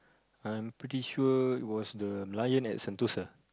I'm pretty sure was the lion at Sentosa